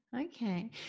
Okay